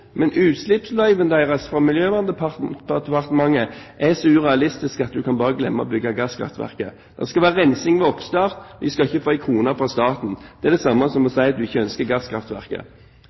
så urealistisk at en bare kan glemme å bygge gasskraftverket: Det skal være rensing ved oppstart, og de skal ikke få en krone fra staten. Det er det samme som å si at en ikke ønsker gasskraftverket.